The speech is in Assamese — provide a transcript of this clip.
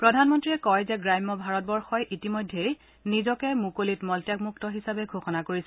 প্ৰধানমন্ত্ৰীয়ে কয় যে গ্ৰাম্য ভাৰতবৰ্ষই ইতিমধ্যে নিজকে মুকলিত মলত্যাগ মুক্ত হিচাপে ঘোষণা কৰিছে